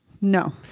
No